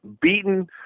beaten